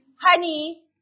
honey